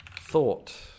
thought